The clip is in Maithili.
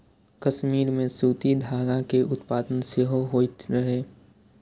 कश्मीर मे सूती धागा के उत्पादन सेहो होइत रहै